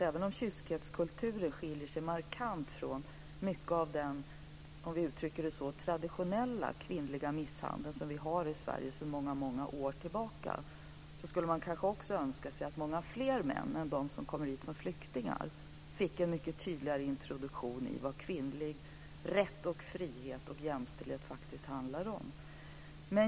Även om kyskhetskulturen skiljer sig markant från mycket av den så att säga traditionella kvinnomisshandel som förekommer i Sverige sedan många år tillbaka, skulle man önska att många fler män än de som kommer hit som flyktingar fick en mycket tydligare introduktion i vad kvinnlig rätt, frihet och jämställdhet faktiskt handlar om.